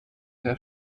der